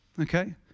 Okay